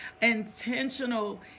Intentional